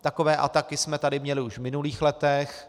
Takové ataky jsme tady měli už v minulých letech.